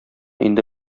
инде